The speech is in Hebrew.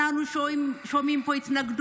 אנחנו שומעים התנגדות,